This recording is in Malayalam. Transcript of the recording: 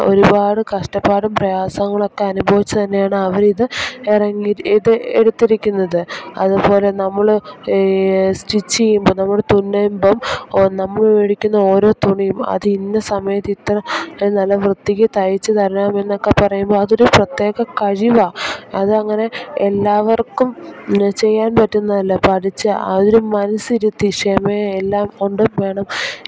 ഒരുപാട് കഷ്ടപാടും പ്രയാസങ്ങൾ ഒക്കെ അനുഭവിച്ച് തന്നെയാണ് അവർ ഇത് ഇറങ്ങി ഇത് എടുത്തിരിക്കുന്നത് അതുപോലെ നമ്മൾ സ്റ്റിച്ച് ചെയ്യുമ്പോൾ നമ്മൾ തുന്നുമ്പം നമ്മൾ മേടിക്കുന്ന ഓരോ തുണിയും അത് ഇന്ന സമയത്ത് ഇത്ര നല്ല വൃത്തിക്ക് തയ്ച്ചു തരണം എന്നൊക്കെ പറയുമ്പോൾ അതൊരു പ്രത്യേക കഴിവാണ് അതങ്ങനെ എല്ലാവർക്കും ചെയ്യാൻ പറ്റുന്നതല്ല പഠിച്ച് ആ ഒരു മനസ്സിരുത്തി ക്ഷമ എല്ലാം കൊണ്ടും വേണം